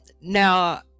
Now